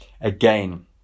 again